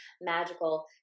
magical